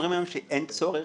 אומרים לנו שאין צורך,